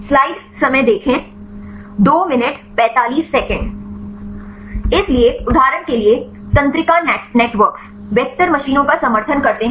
इसलिए उदाहरण के लिए तंत्रिका नेटवर्क्स वेक्टर मशीनों का समर्थन करते हैं